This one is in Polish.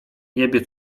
niebie